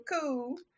cool